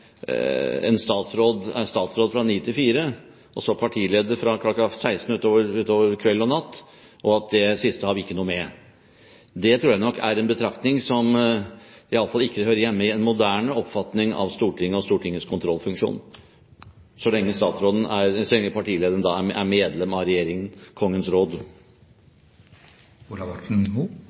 en statsråd er statsråd fra 9 til 16 og så partileder fra kl. 16 og utover kvelden og natten, og at det siste har vi ikke noe med. Det tror jeg nok er en betraktning som i alle fall ikke hører hjemme i en moderne oppfatning av Stortinget og Stortingets kontrollfunksjon, så lenge partilederen er medlem av regjeringen, Kongens råd.